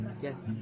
Yes